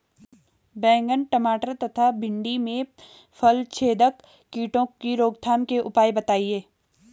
बैंगन टमाटर तथा भिन्डी में फलछेदक कीटों की रोकथाम के उपाय बताइए?